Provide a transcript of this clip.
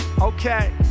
okay